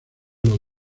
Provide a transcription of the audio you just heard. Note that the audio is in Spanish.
los